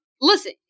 Listen